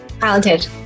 talented